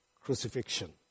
crucifixion